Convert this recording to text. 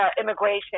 immigration